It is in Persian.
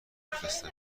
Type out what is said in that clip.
بفرستم